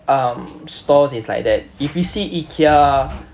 um stores is like that if we see Ikea